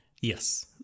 Yes